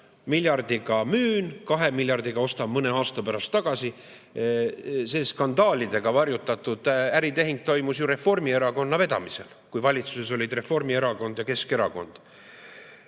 Miljardiga müün, kahe miljardiga ostan mõne aasta pärast tagasi. See skandaalidega varjutatud äritehing toimus ju Reformierakonna vedamisel, kui valitsuses olid Reformierakond ja Keskerakond. Kokku